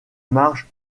marge